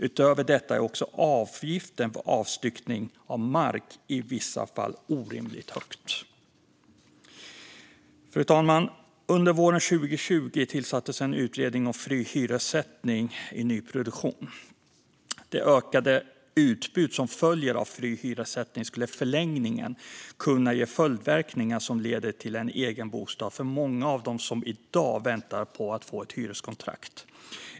Utöver detta är också avgiften för avstyckning av mark i vissa fall orimligt hög. Fru talman! Under våren 2020 tillsattes en utredning om fri hyressättning i nyproduktion. Det ökade utbud som följer av fri hyressättning skulle i förlängningen kunna ge följdverkningar som leder till en egen bostad för många av dem som i dag väntar på att få ett hyreskontrakt.